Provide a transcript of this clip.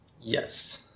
Yes